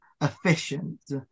efficient